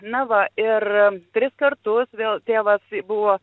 na va ir tris kartus vėl tėvas buvo